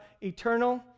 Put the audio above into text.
eternal